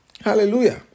Hallelujah